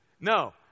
No